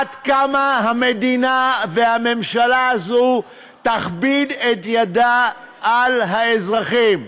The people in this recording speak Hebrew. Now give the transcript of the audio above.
עד כמה המדינה והממשלה הזאת תכביד את ידה על האזרחים?